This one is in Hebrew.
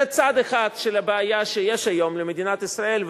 זה צד אחד של הבעיה שיש היום למדינת ישראל,